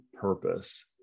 purpose